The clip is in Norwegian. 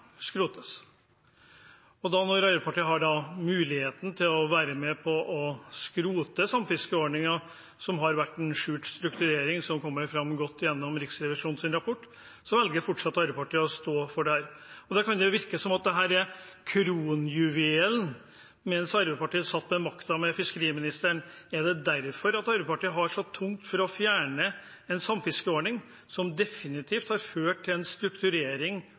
skrotes. Når Arbeiderpartiet da har muligheten til å være med på å skrote samfiskeordningen, som har vært en skjult strukturering, noe som kommer godt fram gjennom Riksrevisjonens rapport, velger Arbeiderpartiet fortsatt å stå for dette. Da kan det virke som om dette var kronjuvelen da Arbeiderpartiet satt ved makten og hadde fiskeriministeren. Er det derfor Arbeiderpartiet har så tungt for å fjerne en samfiskeordning som definitivt har ført til en strukturering